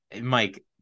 Mike